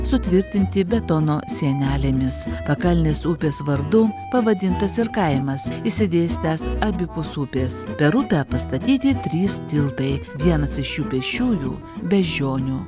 sutvirtinti betono sienelėmis pakalnės upės vardu pavadintas ir kaimas išsidėstęs abipus upės per upę pastatyti trys tiltai vienas iš jų pėsčiųjų beždžionių